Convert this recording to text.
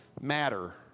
matter